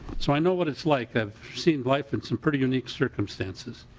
so i know what it's like i've seen life in some pretty unique circumstances.